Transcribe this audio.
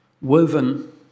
woven